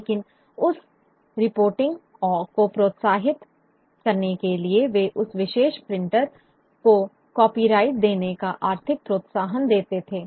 लेकिन उस रिपोर्टिंग को प्रोत्साहित करने के लिए वे उस विशेष प्रिंटर को कॉपीराइट देने का आर्थिक प्रोत्साहन देते थे